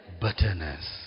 Bitterness